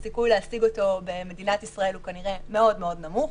הסיכוי להשיג אותה במדינת ישראל הוא כנראה מאוד מאוד נמוך.